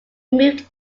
moved